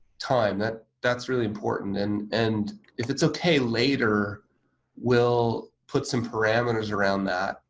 time that that's really important and and if it's okay later we'll put some parameters around that